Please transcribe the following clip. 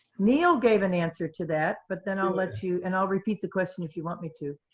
neil gave an answer to that, but then i'll let you and i'll repeat the question if you want me to.